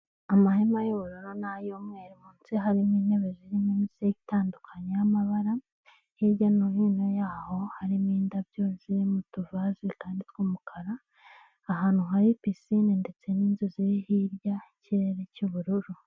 Amahema y'ubururu nay'umweru munsi harimo intebe zirimo imisego itandukanye y'amabara, hirya no hino yaho harimo indabyo zirimo utuvase kandi tw'umukara, ahantu hari pisinine ndetse n'inzu ziri hirya n'ikirere cy'ubururu.